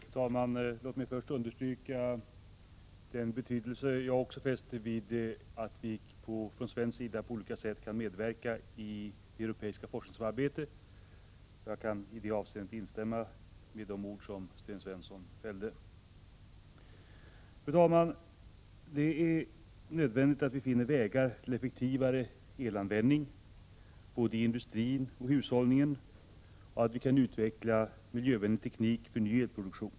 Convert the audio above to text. Fru talman! Låt mig först understryka den betydelse jag också fäster vid att vi från svensk sida på olika sätt kan medverka i det europeiska forskningssamarbetet. Jag kan i det avseendet instämma i det som Sten Svensson sade. Fru talman! Det är nödvändigt att vi finner vägar till effektivare elanvändning, både i industrin och i hushållen, och att vi kan utveckla miljövänlig teknik för ny elproduktion.